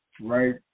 right